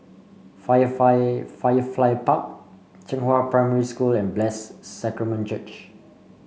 Firefly Park Zhenghua Primary School and Blessed Sacrament Church